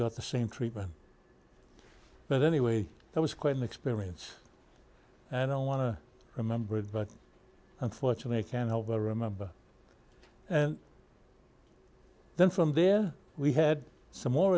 got the same treatment but anyway that was quite an experience and i don't want to remember it but unfortunately can over remember and then from there we had some more